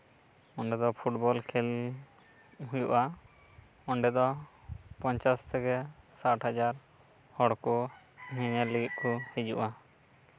ᱚᱱᱟ ᱫᱚ ᱯᱷᱩᱴᱵᱚᱞ ᱠᱷᱮᱞ ᱦᱩᱭᱩᱜᱼᱟ ᱚᱸᱰᱮ ᱫᱚ ᱯᱚᱧᱪᱟᱥ ᱛᱷᱮᱠᱮ ᱥᱟᱴ ᱦᱟᱡᱟᱨ ᱦᱚᱲ ᱠᱚ ᱧᱮᱧᱮᱞ ᱞᱟᱹᱜᱤᱫ ᱠᱚ ᱦᱤᱡᱩᱜᱼᱟ